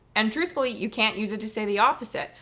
and truthfully, you can't use it to say the opposite,